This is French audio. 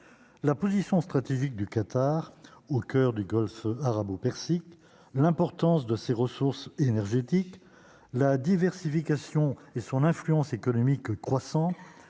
la position stratégique du Qatar au coeur du Golfe arabo-persique, l'importance de ses ressources énergétiques, la diversification et son influence économique croissant